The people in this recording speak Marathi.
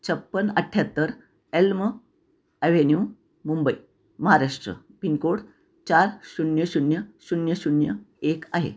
छप्पन अठ्ठ्याहत्तर elm avenue Mumbai Maharashtra pin code चार शून्य शून्य शून्य शून्य एक आहे